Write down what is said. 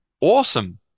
awesome